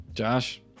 Josh